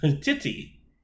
Titty